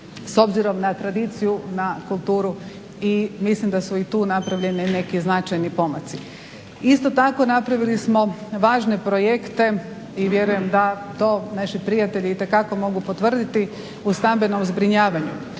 s obzirom na tradiciju i na kulturu. I mislim da su i tu napravljeni neki značajni pomaci. Isto tako napravili smo važne projekte i vjerujem da to naši prijatelji itekako mogu potvrditi u stambenom zbrinjavanju.